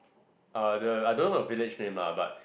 are the I don't know the village name lah but